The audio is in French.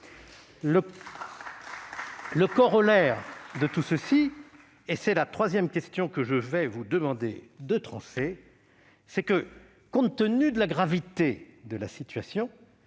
Le corollaire, et c'est la troisième question que je vous demanderai de trancher, c'est que, compte tenu de la gravité de la situation,